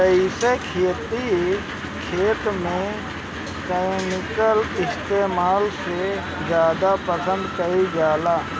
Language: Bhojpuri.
जैविक खेती खेत में केमिकल इस्तेमाल से ज्यादा पसंद कईल जाला